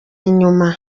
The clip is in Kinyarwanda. inyuma